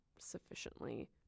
sufficiently